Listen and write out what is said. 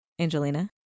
Angelina